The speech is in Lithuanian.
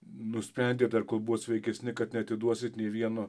nusprendėt dar kol buvo sveikesni kad neatiduosit nė vieno